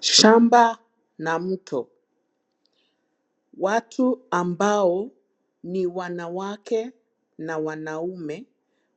Shamba na mto. Watu ambao ni wanawake na wamaume